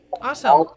Awesome